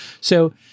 So-